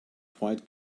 quite